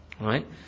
Right